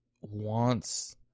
wants